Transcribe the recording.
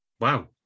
Wow